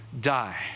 die